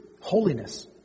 holiness